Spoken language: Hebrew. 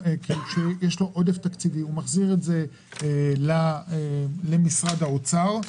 - שכשיש לו עודף תקציבי הוא מחזיר את זה למשרד האוצר.